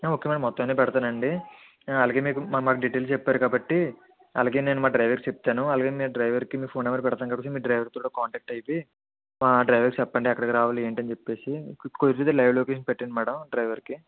ఆ okay madam మొత్తం అన్ని పెడతానండి అలాగే మీరు మాకు డీటెయిల్స్ చెప్పారు కాబట్టి అలాగే నేను మా డ్రైవర్కి చెప్తాను అలాగే నేను మా డ్రైవర్కి మీ ఫోన్ నెంబర్ పెడతాను కాబట్టి మీరు డ్రైవర్కి కూడా కాంటాక్ట్ అయితే ఆ డ్రైవెర్కి చెప్పండి ఎక్కడికి రావాలో ఏంటి అని చెప్పేసి కుదిరితే లైవ్ లొకేషన్ పెట్టండి మ్యాడం డ్రైవెర్కి